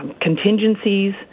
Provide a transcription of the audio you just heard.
contingencies